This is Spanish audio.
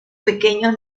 pequeños